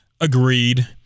agreed